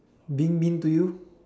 being mean to you